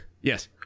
yes